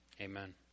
Amen